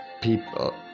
People